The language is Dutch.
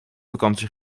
vakantie